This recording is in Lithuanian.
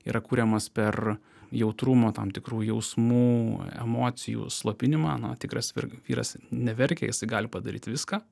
yra kuriamas per jautrumą tam tikrų jausmų emocijų slopinimą na tikras vir vyras neverkia jisai gali padaryt viską